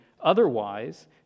otherwise